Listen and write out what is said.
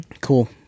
cool